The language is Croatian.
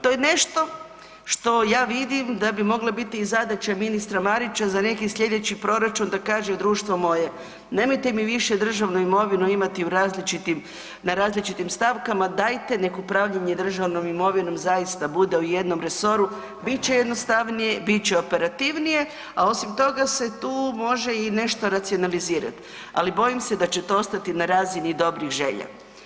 To je nešto što ja vidim da bi mogle biti i zadaće ministra Marića za neki slijedeći proračun da kaže, društvo moje, nemojte mi više državnu imovinu imati u različitim, na različitim stavkama, dajte da upravljanje državnom imovinom zaista bude u jednom resoru, bit će jednostavnije, bit će operativnije, a osim toga se tu može i nešto racionalizirat, ali bojim se da će to ostati na razini dobrih želja.